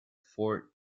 four